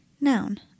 Noun